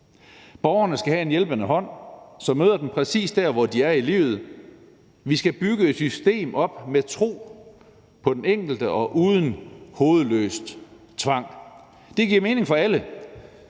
Borgerne skal have en hjælpende hånd, som møder dem præcis der, hvor de er i livet. Vi skal bygge et system op med tro på den enkelte og uden hovedløs tvang. Det giver mening for alle,